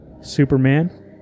Superman